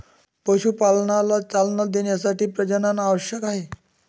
पशुपालनाला चालना देण्यासाठी प्रजनन आवश्यक आहे